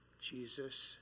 Jesus